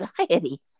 anxiety